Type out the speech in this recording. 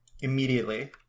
immediately